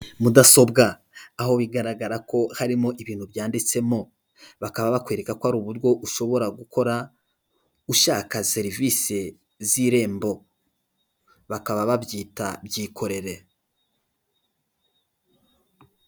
Mudasobwa aho bigaragara ko harimo ibintu byanditsemo, bakaba bakwereka ko ari uburyo ushobora gukora ushaka serivisi z'irembo, bakaba babyita byikorere.